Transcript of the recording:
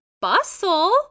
Bustle